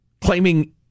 claiming